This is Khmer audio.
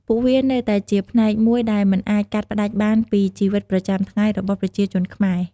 ពួកវានៅតែជាផ្នែកមួយដែលមិនអាចកាត់ផ្ដាច់បានពីជីវិតប្រចាំថ្ងៃរបស់ប្រជាជនខ្មែរ។